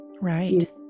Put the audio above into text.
Right